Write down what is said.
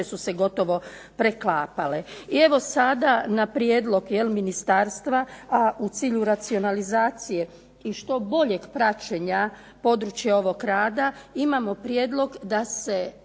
su se gotovo preklapale. Evo sada na prijedlog Ministarstva, a u cilju racionalizacije i što boljeg praćenja područja ovog rada, imamo prijedlog da se